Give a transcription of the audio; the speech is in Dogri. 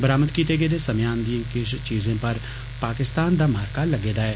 बरामद कीते गेदे समेयान दिएं किष चीजें पर पाकिस्तान दा मार्का लग्गे दा ऐ